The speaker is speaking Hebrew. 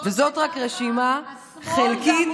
וזו רק רשימה חלקית,